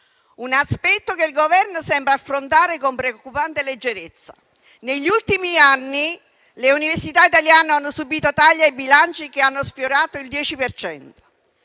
un aspetto che il Governo sembra affrontare con preoccupante leggerezza. Negli ultimi anni, le università italiane hanno subìto tagli ai bilanci che hanno sfiorato il 10